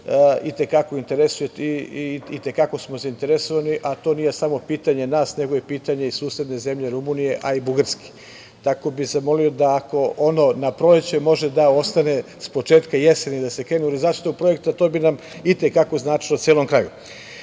I te kako smo zainteresovani, a to nije samo pitanje nas, nego i pitanje susedne zemlje Rumunije, a i Bugarske, tako da bih zamolio da ako ono na proleće, može da ostane s početka jeseni da se krene u realizaciju projekta. To bi nam i te kako značilo celom